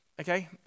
Okay